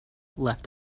left